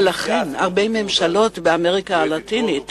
ולכן הגיעו בשנים האחרונות הרבה ממשלות באמריקה הלטינית